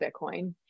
Bitcoin